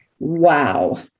Wow